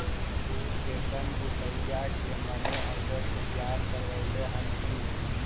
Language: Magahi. तु केतन रुपया के मनी आर्डर तैयार करवैले हहिं?